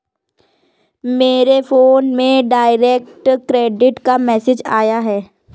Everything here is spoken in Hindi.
मेरे फोन में डायरेक्ट क्रेडिट का मैसेज आया है